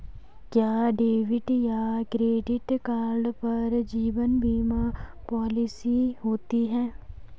क्या डेबिट या credit card पर जीवन बीमा पॉलिसी होती है?